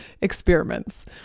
experiments